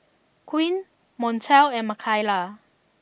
Queen Montel and Makaila